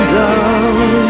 down